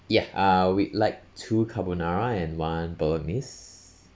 ya uh we'd like two carbonara and one bolognese